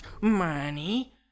money